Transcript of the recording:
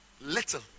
Little